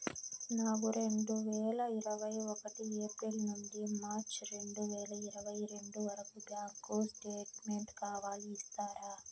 నాకు రెండు వేల ఇరవై ఒకటి ఏప్రిల్ నుండి మార్చ్ రెండు వేల ఇరవై రెండు వరకు బ్యాంకు స్టేట్మెంట్ కావాలి ఇస్తారా